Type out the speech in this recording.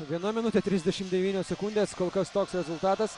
viena minutė trisdešim devynios sekundės kol kas toks rezultatas